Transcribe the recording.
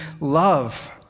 love